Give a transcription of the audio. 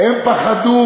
הם פחדו